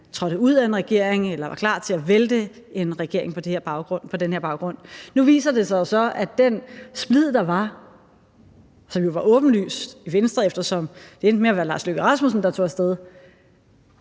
trådte ud af en regering eller var klar til at vælte en regering på den her baggrund. Nu viser det sig jo så, at den splid, der var, som jo var åbenlys i Venstre, eftersom det endte med at være statsminister Lars Løkke Rasmussen, der tog af sted,